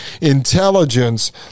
intelligence